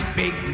big